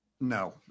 no